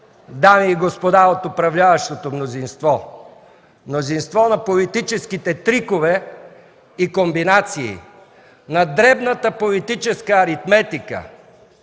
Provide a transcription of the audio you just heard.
дами и господа от управляващото мнозинство – мнозинство на политическите трикове и комбинации, на дребната политическа аритметика,